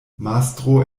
mastro